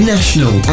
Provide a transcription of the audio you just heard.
National